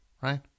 right